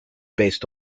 based